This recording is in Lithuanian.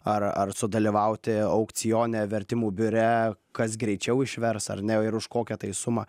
ar ar sudalyvauti aukcione vertimų biure kas greičiau išvers ar ne ir už kokią tai sumą